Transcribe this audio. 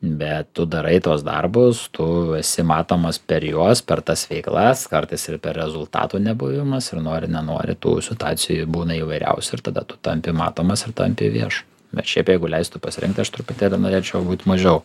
bet tu darai tuos darbus tu esi matomas per juos per tas veiklas kartais ir per rezultatų nebuvimas ir nori nenori tų situacijų būna įvairiausių ir tada tu tampi matomas ir tampi viešu bet šiaip jeigu leistų pasirinkt aš truputėlį norėčiau būt mažiau